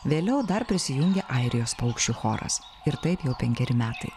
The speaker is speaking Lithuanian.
vėliau dar prisijungia airijos paukščių choras ir taip jau penkeri metai